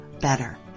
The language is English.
better